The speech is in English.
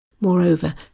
Moreover